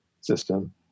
system